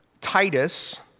Titus